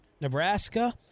Nebraska